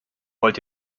wollt